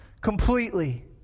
completely